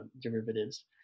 derivatives